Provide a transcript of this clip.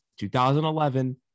2011